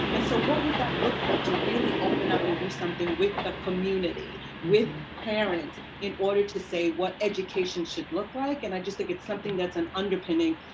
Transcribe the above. and so what would that look like to really open up and do something with the community, with parents, in order to say what education should look like? and i just think it's something that's an underpinning